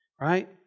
Right